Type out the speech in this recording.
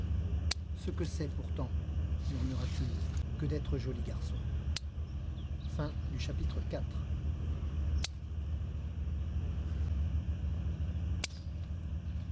ce que c'est pourtant murmura-t-il que d'être joli garçon